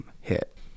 hit